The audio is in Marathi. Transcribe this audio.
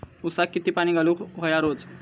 ऊसाक किती पाणी घालूक व्हया रोज?